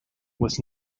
with